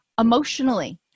emotionally